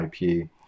IP